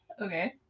Okay